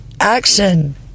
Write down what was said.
action